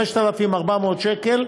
של 5,400 שקל